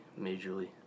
majorly